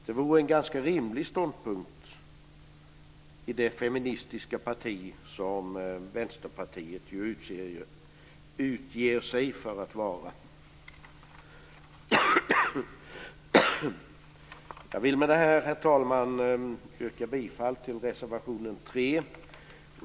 Det vore en ganska rimlig ståndpunkt i det feministiska parti som Vänsterpartiet utger sig för att vara. Herr talman! Jag vill med detta yrka bifall till reservation 3.